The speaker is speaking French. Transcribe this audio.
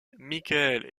michael